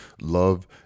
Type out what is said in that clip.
Love